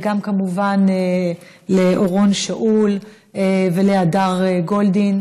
וגם כמובן לאורון שאול ולהדר גולדין.